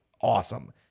awesome